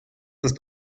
ist